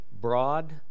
broad